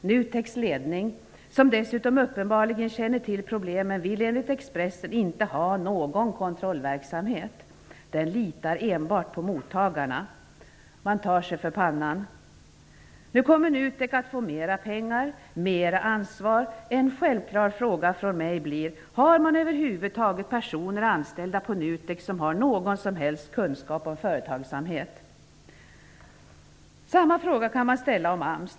NUTEK:s ledning -- som dessutom uppenbarligen känner till problemen -- vill enligt Expressen inte ha någon kontrollverksamhet. Den litar enbart på mottagarna. Man tar sig för pannan. Nu kommer NUTEK att få mera pengar, mera ansvar. En självklar fråga från mig blir: Har man över huvud taget personer anställda på NUTEK som har någon som helst kunskap om företagsamhet? Samma fråga kan man ställa om AMS.